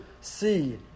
see